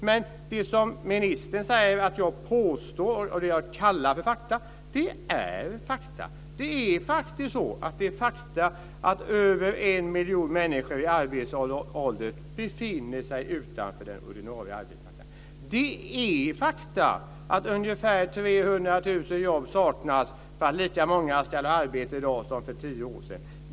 Men det som ministern säger att jag "påstår är" och "kallar för" fakta - det är fakta! Det är faktiskt så att det är fakta att över en miljon människor i arbetsför ålder befinner sig utanför den ordinarie arbetsmarknaden. Det är fakta att ungefär 300 000 jobb saknas för att lika många ska ha arbete i dag som för tio år sedan.